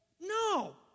no